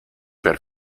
per